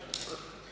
אני עדיין פה.